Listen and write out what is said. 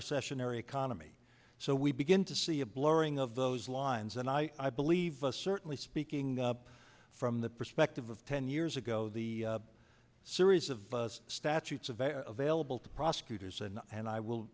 recessionary economy so we begin to see a blurring of those lines and i believe us certainly speaking from the perspective of ten years ago the series of us statutes of available to prosecutors and and i will